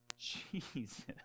Jesus